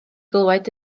glywed